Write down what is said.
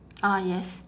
ah yes